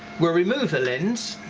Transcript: we remove the lens